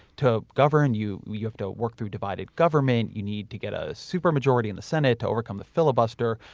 to govern, you you have to work through divided government, you need to get a super majority in the senate to overcome the filibuster.